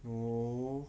no